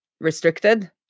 restricted